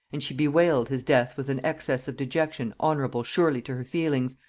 and she bewailed his death with an excess of dejection honorable surely to her feelings,